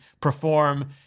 perform